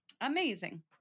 Amazing